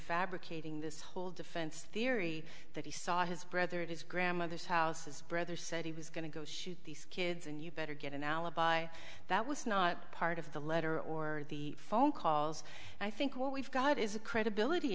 fabricating this whole defense theory that he saw his brother it is grandmother's house his brother said he was going to go shoot these kids and you better get an alibi that was not part of the letter or the phone calls i think what we've got is a credibility